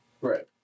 Right